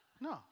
No